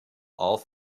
all